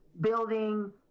building